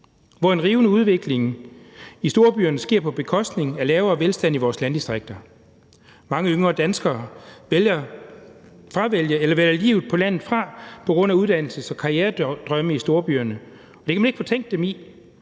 hvor en rivende udvikling i storbyerne sker på bekostning af lavere velstand i vores landdistrikter. Mange yngre danskere vælger livet på landet fra på grund af uddannelses- og karrieredrømme i storbyerne. Det kan man ikke fortænke dem i.